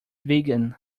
vegan